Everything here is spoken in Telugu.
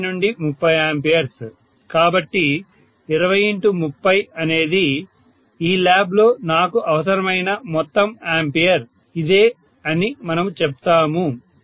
20 నుండి 30A కాబట్టి 20x30 అనేది ఈ ల్యాబ్లో నాకు అవసరమైన మొత్తం ఆంపియర్ ఇదే అని మనము చెప్తాము